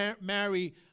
marry